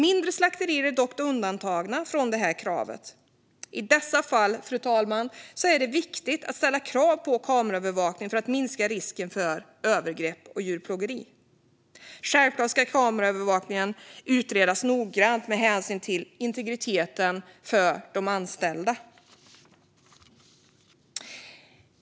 Mindre slakterier är dock undantagna från kravet. I dessa fall, fru talman, är det viktigt att ställa krav på kameraövervakning för att minska risken för övergrepp och djurplågeri. Självklart ska kameraövervakningen utredas noggrant med hänsyn till integriteten för de anställda.